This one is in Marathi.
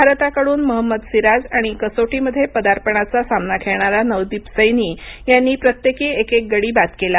भारताकडून महंमद सिराज आणि कसोटीमध्ये पदार्पणाचा सामना खेळणारा नवदीप सैनी यांनी प्रत्येकी एक एक गडी बाद केला